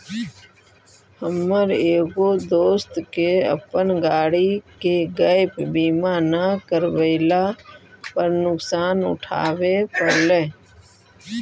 हमर एगो दोस्त के अपन गाड़ी के गैप बीमा न करवयला पर नुकसान उठाबे पड़लई